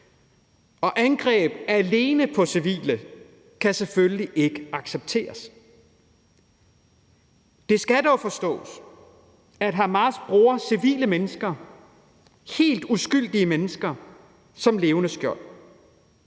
og angreb alene på civile kan selvfølgelig ikke accepteres. Det skal dog forstås, at Hamas bruger civile, helt uskyldige mennesker, som levende skjold.